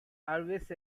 always